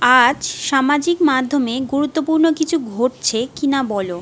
আজ সামাজিক মাধ্যমে গুরুত্বপূর্ণ কিছু ঘটছে কি না বলো